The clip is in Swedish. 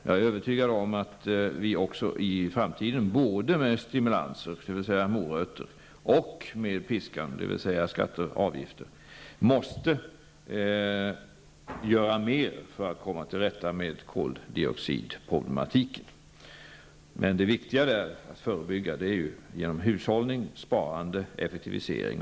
Jag är övertygad om att vi även i framtiden måste göra mer för att komma till rätta med koldioxidproblematiken både med morötter, dvs. stimulanser, och med piskan, dvs. skatter och avgifter. Men det viktiga är att förebygga problemen genom hushållning, sparande och effektivisering.